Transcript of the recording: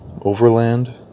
Overland